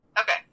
Okay